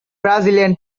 brazilian